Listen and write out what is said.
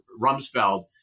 Rumsfeld